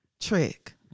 trick